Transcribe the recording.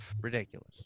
Ridiculous